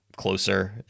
closer